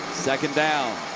second down.